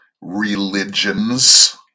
religions